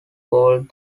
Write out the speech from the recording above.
called